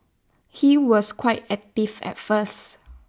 he was quite active at first